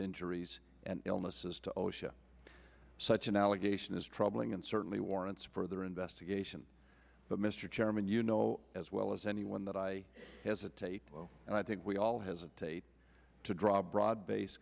njuries and illnesses to osha such an allegation is troubling and certainly warrants further investigation but mr chairman you know as well as anyone that i hesitate and i think we all has a tape to draw broad base